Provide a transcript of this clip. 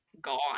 gone